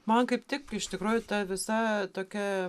man kaip tik iš tikrųjų ta visa tokia